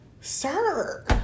Sir